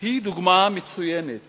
היא דוגמה מצוינת